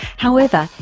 however,